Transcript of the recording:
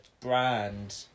brand